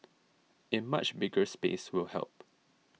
a much bigger space will help